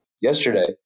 yesterday